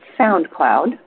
SoundCloud